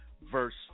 verse